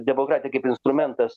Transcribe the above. demokratija kaip instrumentas